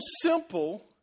simple